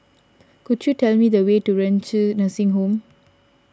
could you tell me the way to Renci Nursing Home